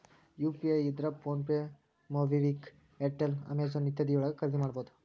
UPI ಇದ್ರ PhonePe MobiKwik Airtel Amazon ಇತ್ಯಾದಿ ಯೊಳಗ ಖರಿದಿಮಾಡಬಹುದು